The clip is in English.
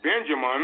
Benjamin